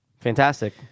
Fantastic